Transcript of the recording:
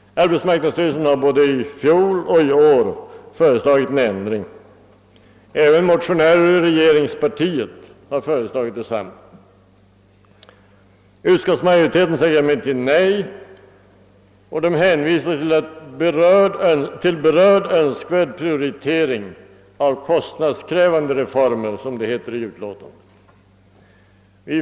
Arbetsmarknadsstyrelsen har både i fjol och i år föreslagit en ändring på denna punkt. även motionärer ur regeringspartiet har föreslagit detsamma. Utskottsmajoriteten säger emellertid nej till vårt förslag och hänvisar till berörd önskvärd prioritering av kostnadskrävande reformer, som det heter i utlåtandet.